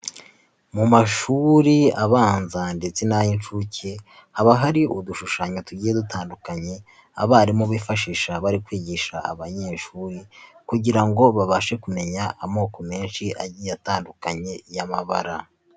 Mu mashuri abanza ndetse n'ay'inshuke, haba hari udushushanyo tugiye dutandukanye, abarimu bifashisha bari kwigisha abanyeshuri kugira ngo babashe kumenya amoko menshi agiye atandukanye y'amabara.